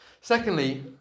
Secondly